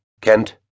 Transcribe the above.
Kent